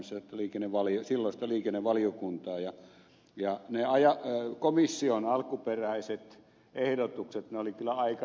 olin silloin vetämässä silloista liikennevaliokuntaa ja ne komission alkuperäiset ehdotukset olivat kyllä aika reippaita